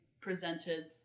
presented